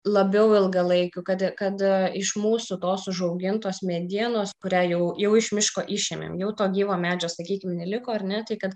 labiau ilgalaikių kad kad iš mūsų tos užaugintos medienos kurią jau jau iš miško išėmėm jau to gyvo medžio sakykim neliko ar ne tai kad